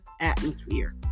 atmosphere